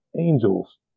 angels